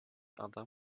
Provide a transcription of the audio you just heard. other